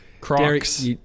Crocs